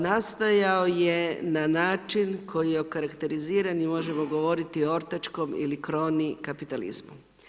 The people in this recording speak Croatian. Nastajao je na način koji je okarakteriziran i možemo govoriti o ortačkom ili kroni kapitalizmu.